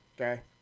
okay